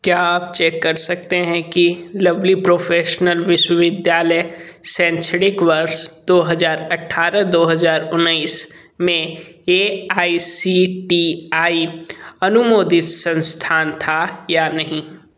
क्या आप चेक कर सकते हैं कि लवली प्रोफ़ेशनल विश्वविद्यालय शैक्षणिक वर्ष दो हज़ार अठारह दो हज़ार उन्नीस में A I C T E अनुमोदित संस्थान था या नहीं